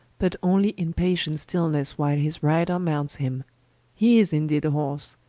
but only in patient stillnesse while his rider mounts him hee is indeede a horse,